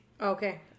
Okay